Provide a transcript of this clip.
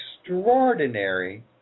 extraordinary